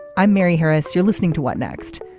i'm mary harris. you're listening to what next.